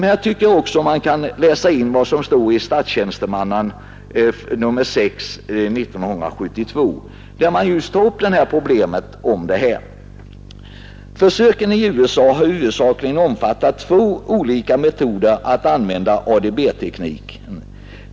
Nr 6 av Statstjänstemannen för 1972 tar just upp dessa problem och skriver: ”Försöken i USA har huvudsakligen omfattat två olika metoder att använda ADB-tekniken.